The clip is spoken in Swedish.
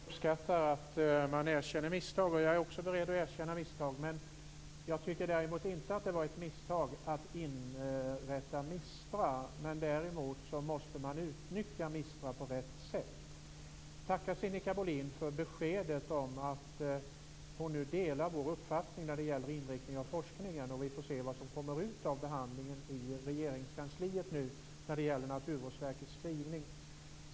Fru talman! Jag uppskattar att man erkänner misstag, och jag är också beredd att erkänna misstag. Jag tycker däremot inte att det var ett misstag att inrätta MISTRA. Däremot måste man utnyttja MISTRA på rätt sätt. Jag tackar Sinikka Bohlin för beskedet om att hon nu delar vår uppfattning när det gäller inriktningen av forskningen. Vi får se vad som kommer ut av förhandlingen i Regeringskansliet när det gäller Naturvårdsverkets skrivning.